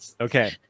Okay